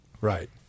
Right